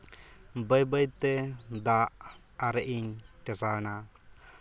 ᱵᱟᱹᱭ ᱵᱟᱹᱭᱛᱮ ᱫᱟᱜ ᱟᱨᱮᱡ ᱤᱧ ᱴᱮᱥᱟᱣᱮᱱᱟ